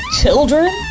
children